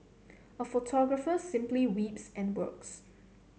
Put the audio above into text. a photographer simply weeps and works